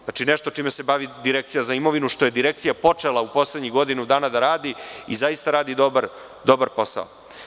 Znači, nešto čime se bavi Direkcija za imovinu što je Direkcija počela u poslednjih godinu dana da radi i zaista radi dobar posao.